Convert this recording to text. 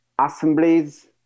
assemblies